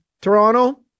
Toronto